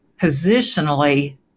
positionally